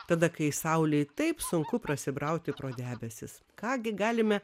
tada kai saulei taip sunku prasibrauti pro debesis ką gi galime